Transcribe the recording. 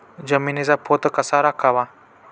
जमिनीचा पोत कसा राखावा?